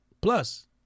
Plus